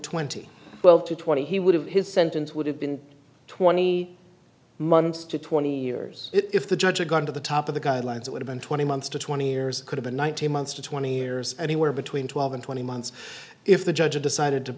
well to twenty he would have his sentence would have been twenty months to twenty years if the judge had gone to the top of the guidelines it would've been twenty months to twenty years could have been nineteen months to twenty years anywhere between twelve and twenty months if the judge decided to